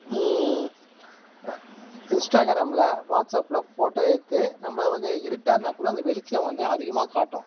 இன்ஸ்டாகிராமில் வாட்ஸ்ஆப்பில் ஃபோட்டோ எடுத்து நம்ம வந்து இருட்டாக இருந்தாக் கூட அந்த வெளிச்சம் வந்து அதிகமாக காட்டும்